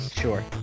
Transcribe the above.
Sure